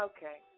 Okay